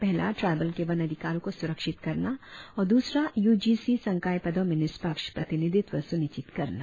पहला ट्राईबल के वन अधिकारो को सुरक्षित करना और दूसरा यू जी सी संकाय पदो में निष्पक्ष प्रतिनिधित्व सुनिश्चित करना